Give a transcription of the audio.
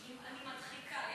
אני מדחיקה.